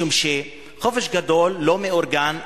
משום שחופש גדול לא מאורגן,